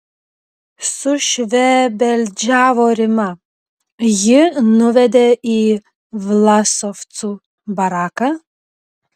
sušvebeldžiavo rima jį nuvedė į vlasovcų baraką